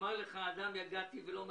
יאמר לך אדם, "יגעתי ולא מצאתי"